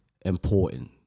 important